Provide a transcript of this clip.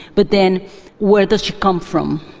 but then where does she come from?